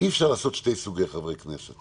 אי אפשר לעשות שני סוגי חברי כנסת,